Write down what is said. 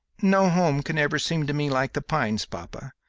no home can ever seem to me like the pines, papa,